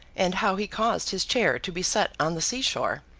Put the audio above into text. and how he caused his chair to be set on the sea-shore,